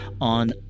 on